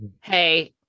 hey